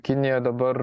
kinija dabar